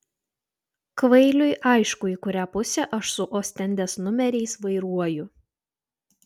kvailiui aišku į kurią pusę aš su ostendės numeriais vairuoju